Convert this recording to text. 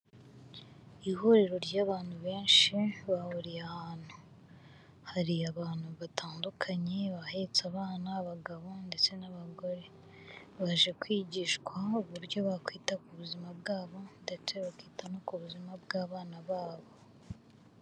Ihuriro ry'abantu benshi, bahuriye ahantu. Hari abantu batandukanye, abahetse abana, abagabo ndetse n'abagore. Baje kwigishwa uburyo bakwita ku buzima bwabo, ndetse bakita no ku buzima bw'abana babo.